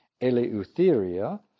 eleutheria